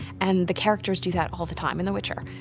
and the characters do that all the time in the witcher,